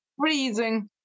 freezing